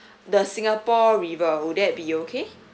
the singapore river would that be okay